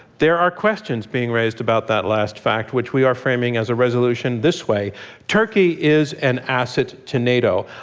there are questions being raised about that last fact, which we are framing as a resolution this way turkey is an asset to nato.